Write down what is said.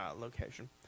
location